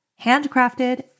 Handcrafted